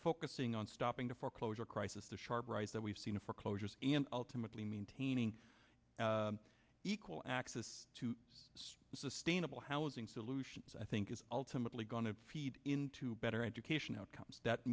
focusing on stopping the foreclosure crisis the sharp rise that we've seen foreclosures and ultimately maintaining equal access to sustainable housing solutions i think is ultimately going to feed into better education outcomes that